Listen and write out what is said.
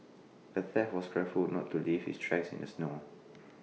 the thief was careful to not leave his tracks in the snow